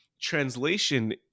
translation